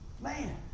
Man